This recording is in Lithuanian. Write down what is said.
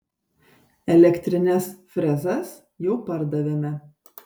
elektrines frezas jau pardavėme